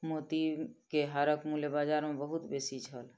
मोती के हारक मूल्य बाजार मे बहुत बेसी छल